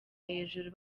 hejuru